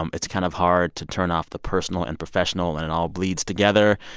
um it's kind of hard to turn off the personal and professional, and it all bleeds together.